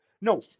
No